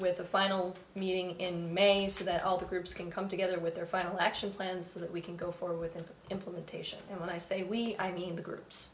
with a final meeting in may so that all the groups can come together with their final action plan so that we can go forward with the implementation when i say we i mean the groups